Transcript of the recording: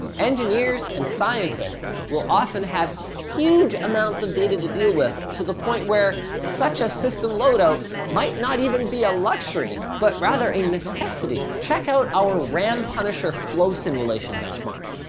engineers and scientists will often have huge amounts of data to deal with to the point where such a system load-out might not even be a luxury, but rather a necessity. check out our ram punisher flow simulation benchmark.